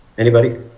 anybody?